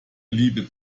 liebe